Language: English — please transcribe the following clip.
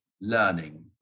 learning